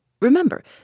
Remember